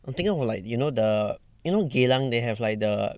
I'm thinking of like you know the you know geylang they have like the